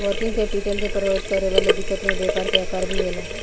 working capital के प्रभावित करे वाला दिकत में व्यापार के आकर भी होला